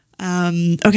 Okay